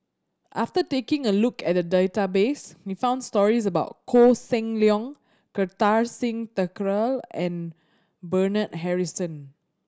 after taking a look at the database we found stories about Koh Seng Leong Kartar Singh Thakral and Bernard Harrison